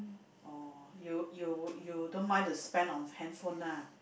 oh you you you don't mind to spend on handphone lah